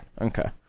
okay